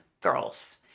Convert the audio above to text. girls